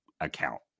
account